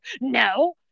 no